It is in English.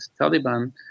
Taliban